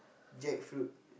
jackfruit